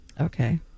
Okay